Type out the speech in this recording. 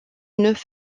neuf